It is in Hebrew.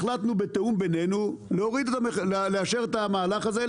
החלטנו בתיאום בינינו לאשר את המהלך הזה,